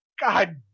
God